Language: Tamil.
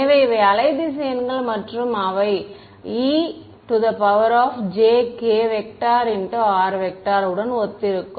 எனவே இவை வேவ் வெக்டர்கள் மற்றும் அவை e jkr உடன் ஒத்திருக்கும்